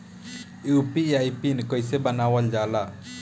UPI PIN कइसे बनावल जाला?